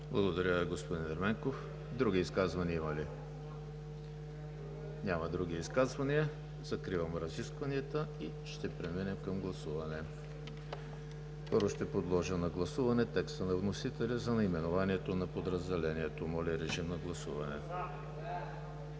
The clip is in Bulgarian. Благодаря, господин Ерменков. Други изказвания има ли? Няма. Закривам разискванията и ще преминем към гласуване. Първо ще подложа на гласуване текста на вносителя за наименованието на подразделението. Гласували